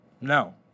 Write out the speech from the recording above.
no